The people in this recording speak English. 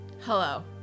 Hello